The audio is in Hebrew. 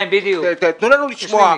תן לנו לשמוע.